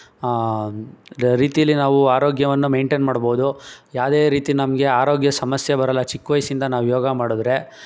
ರೀತಿಯಲ್ಲಿ ನಾವು ಆರೋಗ್ಯವನ್ನು ಮೈಂಟೇನ್ ಮಾಡ್ಬೋದು ಯಾವುದೇ ರೀತಿ ನಮಗೆ ಆರೋಗ್ಯ ಸಮಸ್ಯೆ ಬರೋಲ್ಲ ಚಿಕ್ಕ ವಯಸ್ಸಿಂದ ನಾವು ಯೋಗ ಮಾಡಿದ್ರೆ